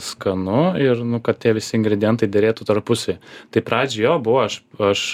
skanu ir nu kad tie visi ingredientai derėtų tarpusyje tai pradžioj jo buvo aš aš